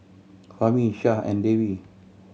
Fahmi Syah and Dewi